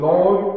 Lord